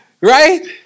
Right